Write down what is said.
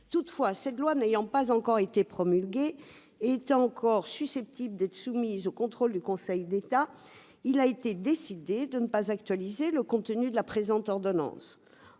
Cette loi du pays n'ayant pas encore été promulguée et étant encore susceptible d'être soumise au contrôle du Conseil d'État, il a été décidé de ne pas actualiser le contenu de la présente ordonnance.